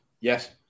Yes